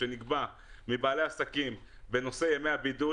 שנגבה מבעלי עסקים בנושא ימי הבידוד.